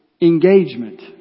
engagement